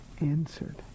answered